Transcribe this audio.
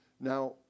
Now